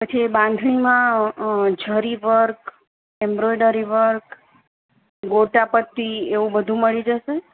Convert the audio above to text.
પછી એ બાંધણીમાં જરી વર્ક એમરોઈડરી વર્ક ગોટાપતિ એવું બધું મળી જશે